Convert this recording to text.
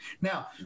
Now